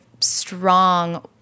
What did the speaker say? strong